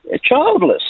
childless